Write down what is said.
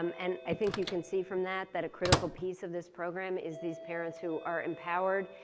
um and i think you can see from that that a critical piece of this program is these parents who are empowered.